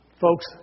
folks